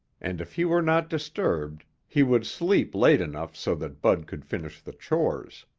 and if he were not disturbed, he would sleep late enough so that bud could finish the chores.